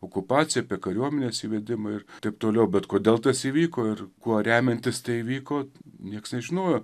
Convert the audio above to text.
okupaciją apie kariuomenės įvedimą ir taip toliau bet kodėl tas įvyko ir kuo remiantis tai įvyko nieks nežinojo